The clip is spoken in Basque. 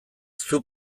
zuk